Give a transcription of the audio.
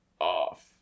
off